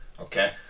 Okay